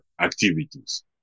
activities